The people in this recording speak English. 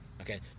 Okay